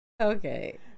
okay